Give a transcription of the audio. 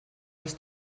les